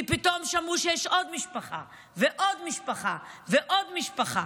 כי פתאום שמעו שיש עוד משפחה ועוד משפחה ועוד משפחה.